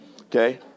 Okay